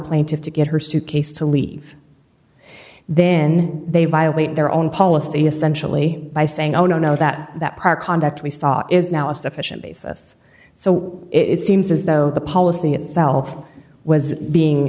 plaintiffs to get her suitcase to leave then they violate their own policy essentially by saying no no no that that part conduct we saw is now a sufficient basis so it seems as though the policy itself was being